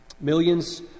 Millions